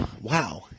wow